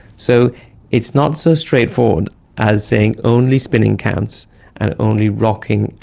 so it's not so straightforward as saying only spinning counts and only rocking,